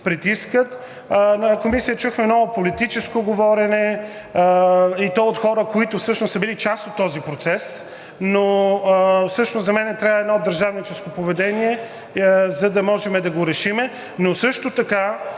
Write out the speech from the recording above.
притискат. В Комисията чухме много политическо говорене, и то от хора, които са били част от този процес, но за мен трябва едно държавническо поведение, за да може да го решим, но също така